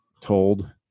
told